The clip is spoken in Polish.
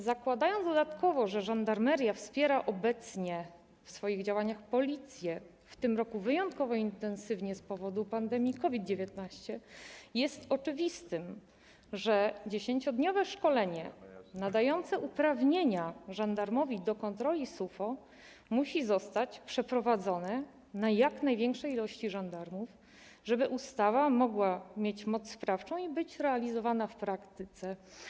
Zakładając dodatkowo, że żandarmeria wspiera obecnie w swoich działaniach Policję, w tym roku wyjątkowo intensywnie z powodu pandemii COVID-19, jest oczywiste, że 10-dniowe szkolenie nadające uprawnienia żandarmowi do kontroli SUFO musi zostać przeprowadzone dla jak największej liczby żandarmów, żeby ustawa mogła mieć moc sprawczą i być realizowana w praktyce.